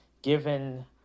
Given